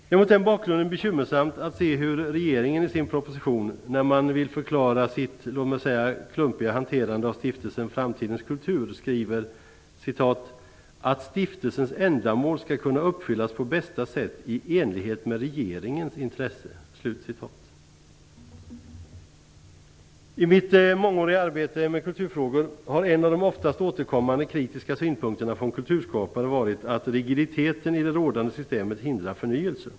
Det är mot den bakgrunden bekymmersamt att se hur regeringen i sin proposition, när man vill förklara sitt låt mig säga klumpiga hanterande av stiftelsen Framtidens kultur, skriver att "stiftelsens ändamål skall kunna uppfyllas på bästa sätt i enlighet med regeringens intresse". I mitt mångåriga arbete med kulturfrågor har en av de oftast återkommande kritiska synpunkterna från kulturskapare varit att rigiditeten i det rådande systemet hindrar förnyelse.